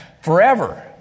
forever